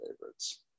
favorites